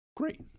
great